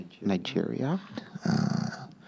Nigeria